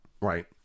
Right